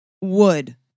wood